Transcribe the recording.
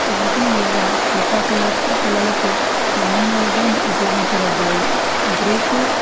painting లేదా శిల్పకళకు కళలకు నమూనాలుగా ఉపయోగించబడ్డాయి గ్రీకు